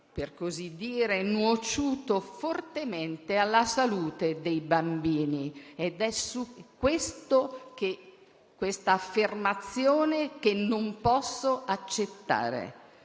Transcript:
per così dire - nuociuto fortemente alla salute dei bambini. Ed è proprio questa affermazione che non posso accettare.